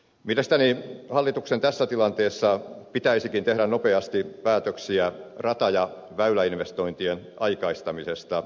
mielestäni hallituksen tässä tilanteessa pitäisikin tehdä nopeasti päätöksiä rata ja väyläinvestointien aikaistamisesta